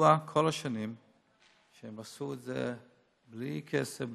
ידוע כל השנים שהם עשו את זה בלי כסף,